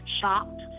shocked